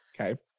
Okay